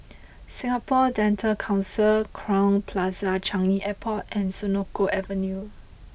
Singapore Dental Council Crowne Plaza Changi Airport and Senoko Avenue